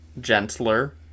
gentler